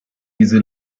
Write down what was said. diese